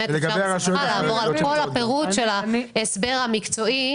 נוכל לעבור על כל הפירוט של ההסבר המקצועי